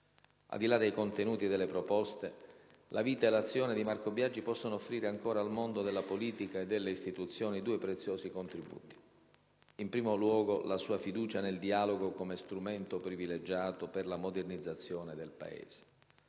Al di là dei contenuti e delle proposte, la vita e l'azione di Marco Biagi possono offrire ancora al mondo della politica e delle istituzioni due preziosi contributi: in primo luogo, la sua fiducia nel dialogo come strumento privilegiato per la modernizzazione del Paese,